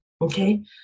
okay